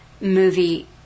movie